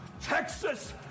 Texas